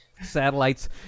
satellites